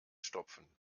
stopfen